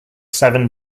seven